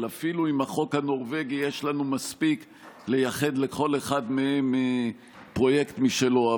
אבל אפילו עם החוק הנורבגי יש לנו מספיק לייחד לכל אחד מהם פרויקט משלו.